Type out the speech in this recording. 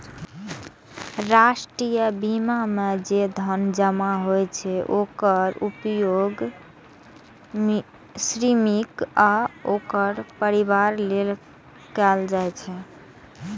राष्ट्रीय बीमा मे जे धन जमा होइ छै, ओकर उपयोग श्रमिक आ ओकर परिवार लेल कैल जाइ छै